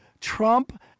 Trump